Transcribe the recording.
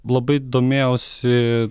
labai domėjausi